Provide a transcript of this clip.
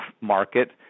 market